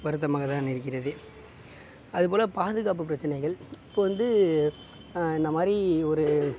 வருத்தமாக தான் இருக்கிறது அதுப்போல பாதுகாப்பு பிரச்சனைகள் இப்போ வந்து இந்த மாதிரி ஒரு